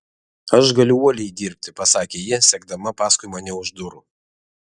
aš galiu uoliai dirbti pasakė ji sekdama paskui mane už durų